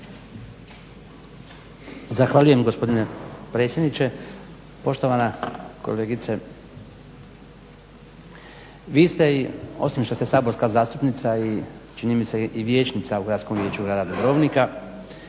Zahvaljujem gospodine predsjedniče. Poštovana kolegice, vi ste osim što ste saborska zastupnica i čini mi se i vijećnica u Gradskom vijeću grada Dubrovnika